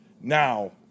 Now